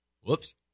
Whoops